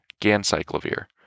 gancyclovir